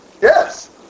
Yes